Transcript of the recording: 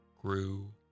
grew